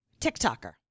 TikToker